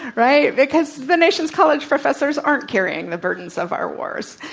right? because the nation's college professors aren't carrying the burdens of our wars.